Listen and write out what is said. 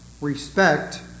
respect